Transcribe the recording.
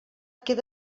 queda